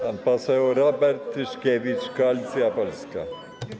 Pan poseł Robert Tyszkiewicz, Koalicja Polska.